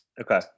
okay